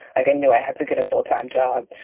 i didn't know i had to get a full time job.